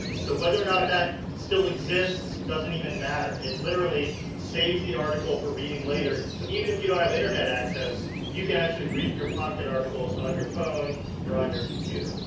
so, whether or not that still exists does and not matter. it literally saves the article for reading later. so, even if you don't have internet access you can actually read your pocket articles on your phone or on your computer.